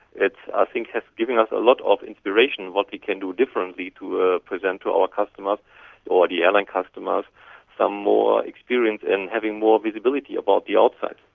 it i think has given us a lot of inspiration of what we can do differently to ah present to our customers or the airline customers some more experience in having more visibility of ah the outside.